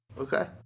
Okay